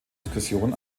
diskussion